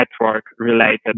network-related